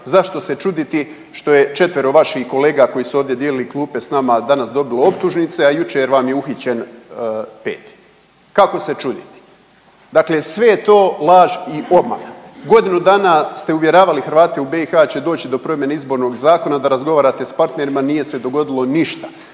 zašto se čuditi što je četvero vaših kolega koji su ovdje dijelili klupe s nama danas dobilo optužnice, a jučer vam je uhićen 5. Kako se čuditi? Dakle sve je to laž i obmana. Godinu dana ste uvjeravali Hrvate u BiH da će doći do promjene Izbornog zakona, da razgovarate s partnerima, nije se dogodilo ništa.